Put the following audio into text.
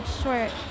short